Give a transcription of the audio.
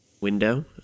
window